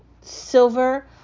silver